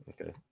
Okay